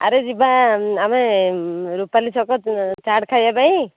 ଆରେ ଯିବା ଆମେ ରୂପାଲି ଛକ ଚାଟ ଖାୟା ପାଇଁ